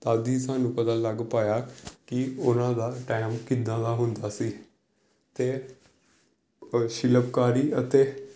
ਤਦ ਹੀ ਸਾਨੂੰ ਲੱਗ ਪਾਇਆ ਕਿ ਉਹਨਾਂ ਦਾ ਟਾਈਮ ਕਿੱਦਾਂ ਦਾ ਹੁੰਦਾ ਸੀ ਅਤੇ ਪਰ ਸ਼ਿਲਪਕਾਰੀ ਅਤੇ